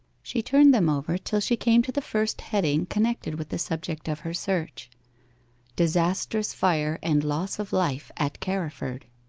she turned them over till she came to the first heading connected with the subject of her search disastrous fire and loss of life at carriford